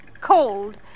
Cold